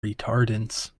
retardants